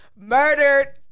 murdered